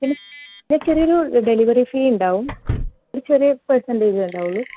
പിന്നെ ചെറിയ ഒരു ഡെലിവറി ഫീ ഉണ്ടാകും ഒരു ചെറിയ ഒരു പെർസെൻ്റെജെ ഉണ്ടാവുകയുള്ളൂ